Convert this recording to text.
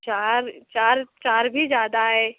चार चार चार भी ज़्यादा है